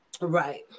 right